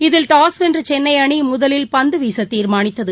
இதில் டாஸ் வென்றசென்னைஅணிமுதலில் பந்துவீசதீர்மானித்தது